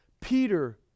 Peter